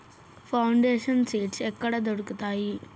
Foundation seeds ఎక్కడ దొరుకుతాయి?